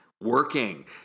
working